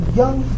young